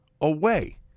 away